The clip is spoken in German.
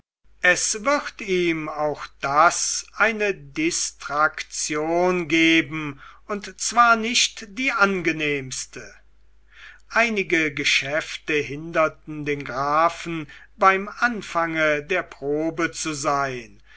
es wird ihm auch das eine distraktion geben und zwar nicht die angenehmste einige geschäfte hinderten den grafen beim anfange der probe zu sein